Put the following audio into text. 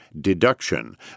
deduction